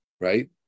right